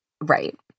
Right